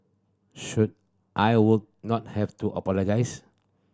so I would not have to apologise